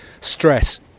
stress